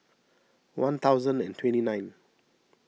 one thousand and twenty nine